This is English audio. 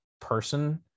person